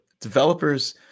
developers